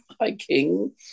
Hiking